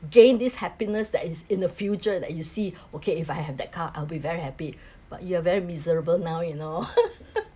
to gain this happiness that is in the future that you see okay if I have that car I'll be very happy but you are very miserable now you know